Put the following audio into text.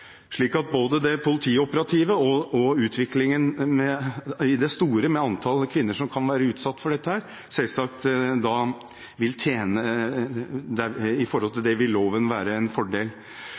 både det politioperative og utviklingen i stort, med antall kvinner som kan være utsatt for dette, vil loven selvsagt være en fordel. Der er det ikke tvil i rapporten. Dette er det